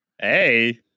Hey